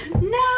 no